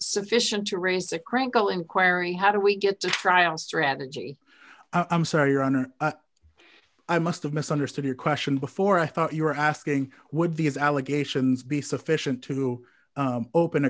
sufficient to raise a crank call inquiry how do we get to trial strategy i'm sorry your honor i must have misunderstood your question before i thought you were asking would these allegations be sufficient to open a